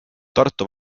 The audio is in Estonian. tartu